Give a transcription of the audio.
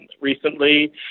recently